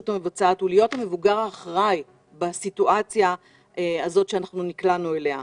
המבצעת הוא להיות המבוגר האחראי בסיטואציה הזאת שנקלענו אליה.